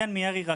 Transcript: בירי רקטות.